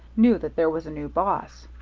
knew that there was a new boss.